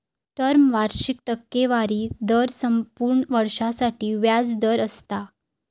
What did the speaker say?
term वार्षिक टक्केवारी दर संपूर्ण वर्षासाठी व्याज दर असता